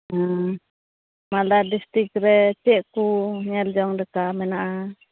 ᱚᱻ ᱢᱟᱞᱫᱟ ᱰᱤᱥᱴᱤᱠ ᱨᱮ ᱪᱮᱫ ᱠᱚ ᱧᱮᱞ ᱡᱚᱝ ᱞᱮᱠᱟ ᱢᱮᱱᱟᱜᱼᱟ